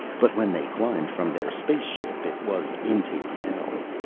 but when they climbed from their space ship it was into hell.